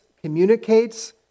communicates